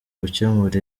gukemura